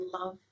love